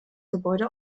gebäude